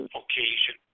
occasion